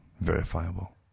verifiable